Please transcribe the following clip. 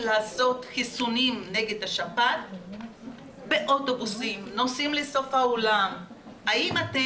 מי שעושה את עבודתו מהלב, חייב להצליח.